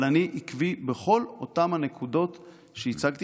אבל אני עקבי בכל אותם הנקודות שהצגתי.